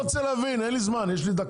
לא, אני לא רוצה להבין, אין לי זמן, יש לי דקה.